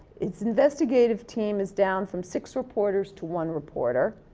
it's investigative team is down from six reporters to one reporter.